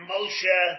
Moshe